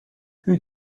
who